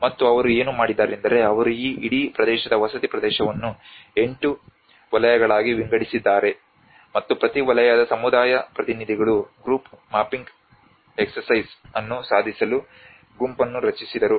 ಮತ್ತು ಅವರು ಏನು ಮಾಡಿದ್ದಾರೆಂದರೆ ಅವರು ಈ ಇಡೀ ಪ್ರದೇಶದ ವಸತಿ ಪ್ರದೇಶವನ್ನು 8 ವಲಯಗಳಾಗಿ ವಿಂಗಡಿಸಿದ್ದಾರೆ ಮತ್ತು ಪ್ರತಿ ವಲಯದ ಸಮುದಾಯ ಪ್ರತಿನಿಧಿಗಳು ಗ್ರೂಪ್ ಮಾಪಿಂಗ ಎಕ್ಸರ್ಸೈಸ್ ಅನ್ನು ಸಾಧಿಸಲು ಗುಂಪನ್ನು ರಚಿಸಿದರು